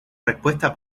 respuesta